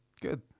good